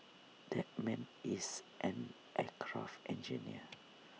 that man is an aircraft engineer